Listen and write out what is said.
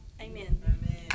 Amen